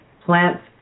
Plants